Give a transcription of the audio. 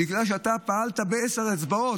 בגלל שאתה פעלת בעשר אצבעות,